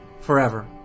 forever